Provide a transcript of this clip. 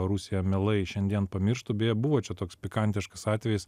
rusija mielai šiandien pamirštų beje buvo čia toks pikantiškas atvejis